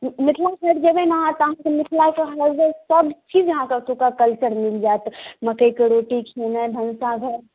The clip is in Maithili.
मिथिला साइड जेबै ने तऽ अहाँके मिथिला के अहाँके लगभग सब चीज अहाँके ओतुका कल्चर मिल जायत मकई के रोटी खुएनाइ भनसा घर